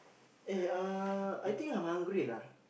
eh uh I think I'm hungry lah